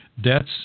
Debts